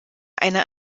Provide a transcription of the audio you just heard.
einer